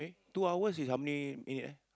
two hours is how many minute eh